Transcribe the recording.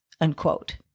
unquote